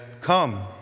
come